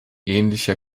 ähnlicher